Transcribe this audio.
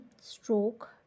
stroke